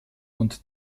und